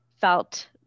felt